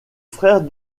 frère